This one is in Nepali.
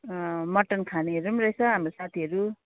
अँ मटन खानेहरू पनि रहेछ हाम्रो साथीहरू